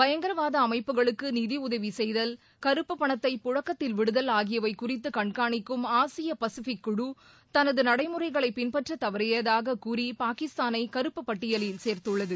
பயங்கரவாத அமைப்புக்ளுக்கு நிதி உதவி செய்தல் கறுப்புப் பணத்தை பழக்கத்தில் விடுதல் ஆகியவை குறித்து கண்காணிக்கும் ஆசிய பசிபிக் குழு தனது நடைமுறைகளை பின்பற்றத் தவறியதாகக் கூறி பாகிஸ்தானை கறுப்புப் பட்டியலில் சேர்த்துள்ளது